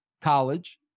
college